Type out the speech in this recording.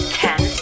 ten